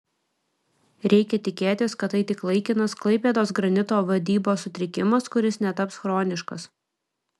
reikia tikėtis kad tai tik laikinas klaipėdos granito vadybos sutrikimas kuris netaps chroniškas